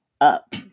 up